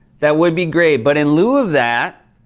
that would be great, but, in lieu of that,